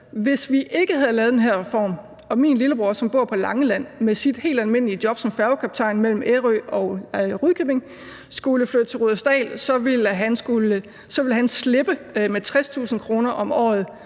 Hvis vi ikke havde lavet den her reform, og min lillebror, som bor på Langeland med sit helt almindelige job som kaptajn på færgen mellem Ærø og Rudkøbing, skulle flytte til Rudersdal, ville han slippe med 60.000 kr. om året